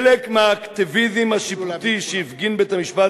"חלק מהאקטיביזם השיפוטי שהפגין בית-המשפט